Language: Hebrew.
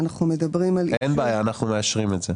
אנחנו מדברים --- אין בעיה, אנחנו מאשרים את זה.